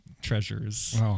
treasures